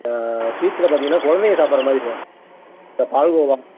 ஸ்வீட்ஸில் பார்த்தீங்கன்னா குலந்தைங்க சாப்படுற மாதிரி சார் இந்த பால்கோவா